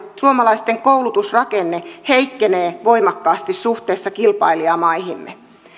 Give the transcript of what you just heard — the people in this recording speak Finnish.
suomalaisten koulutusrakenne heikkenee voimakkaasti suhteessa kilpailijamaihimme